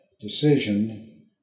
decision